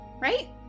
Right